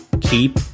keep